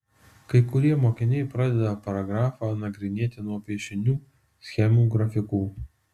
kai kurie mokiniai pradeda paragrafą nagrinėti nuo piešinių schemų grafikų